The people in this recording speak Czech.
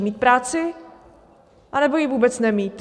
Mít práci, anebo ji vůbec nemít?